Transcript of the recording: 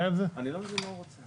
אני לא מבין מה הוא רוצה.